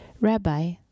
Rabbi